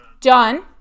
John